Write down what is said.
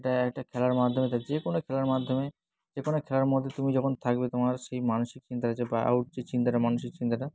এটা একটা খেলার মাধ্যমে তা যে কোনো খেলার মাধ্যমে যে কোনো খেলার মধ্যে তুমি যখন থাকবে তোমার সেই মানসিক চিন্তাটা যে বা আউট যে চিন্তাটা মানসিক চিন্তাটা